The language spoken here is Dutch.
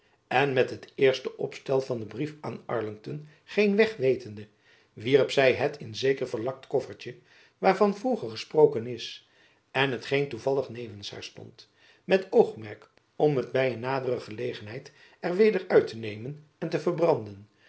en met het eerste opstel van den brief aan arlington geen weg wetende wierp zy het in zeker verlakt koffertjen waarvan vroeger gesproken is en t geen toevallig nevens haar stond met oogmerk om het by een nadere gelegenheid er weder uit te nemen en te verbranden